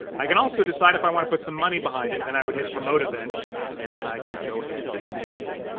i can also decide if i wanna put some money behind it. then i would hit promote event and then i could go ahead and boost it.